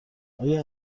آیا